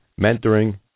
mentoring